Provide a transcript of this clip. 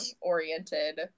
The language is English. oriented